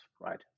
right